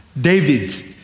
David